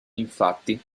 infatti